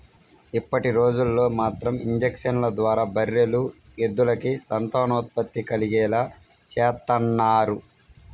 ఇప్పటిరోజుల్లో మాత్రం ఇంజక్షన్ల ద్వారా బర్రెలు, ఎద్దులకి సంతానోత్పత్తి కలిగేలా చేత్తన్నారు